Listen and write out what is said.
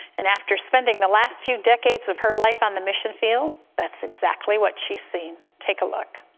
and after spending the last few decades of her life on the mission field, that's exactly what she's seen. take a look.